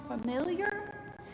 familiar